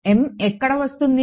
m ఎక్కడ వస్తుంది